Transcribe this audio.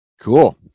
Cool